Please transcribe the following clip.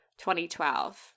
2012